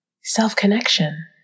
self-connection